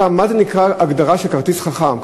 מה זה נקרא, הגדרה של כרטיס חכם?